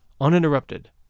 uninterrupted